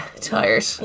tired